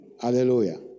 Hallelujah